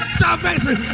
salvation